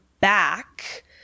back